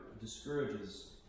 discourages